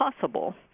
possible